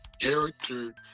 Character